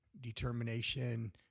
determination